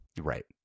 right